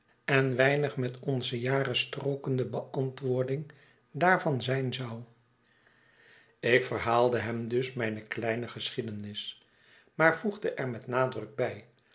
en weinig met onze jaren strookende beantwoording daarvan zijn zou ik verhaalde hem dus mijne kleine geschiedenis maar voegde er met nadruk bij